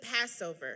Passover